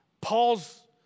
Paul's